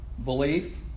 Belief